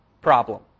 problem